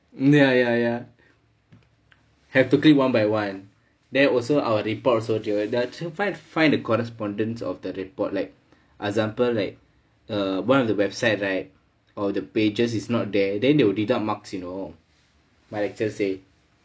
ya ya ya have to click one by one then also our report oalso that to find find a correspondence of the report like example like err one of the website right or the pages is not there then they will deduct marks you know my lecturer say